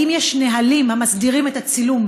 2. האם יש נהלים המסדירים את הצילום,